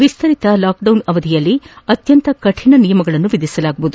ವಿಸ್ತರಿತ lockdown ಅವಧಿಯಲ್ಲಿ ಅತ್ಯಂತ ಕಠಿಣ ನಿಯಮಗಳನ್ನು ವಿಧಿಸಲಾಗುವುದು